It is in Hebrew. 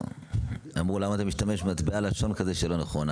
אמרו, למה אתה משתמש במטבע לשון שאינה נכונה?